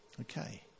Okay